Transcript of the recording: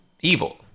evil